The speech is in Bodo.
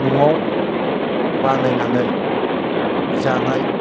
न'आव बानायनानै जानाय